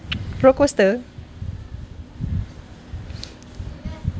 roller coaster